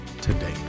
today